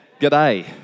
g'day